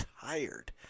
tired